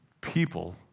people